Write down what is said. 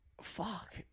fuck